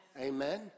Amen